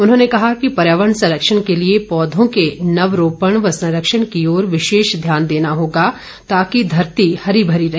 उन्होंने कहा कि पर्यावरण संरक्षण के लिए पौधों के नव रोपण व संरक्षण की ओर विशेष ध्यान देना होगा ताकि धरती हरी भरी रहे